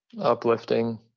uplifting